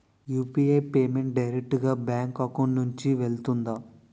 UPI payment direct గా bank account నుంచి వెళ్తుందా?